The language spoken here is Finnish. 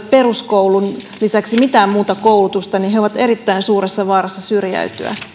peruskoulun lisäksi mitään muuta koulutusta ovat erittäin suuressa vaarassa syrjäytyä